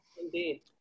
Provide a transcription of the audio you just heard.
Indeed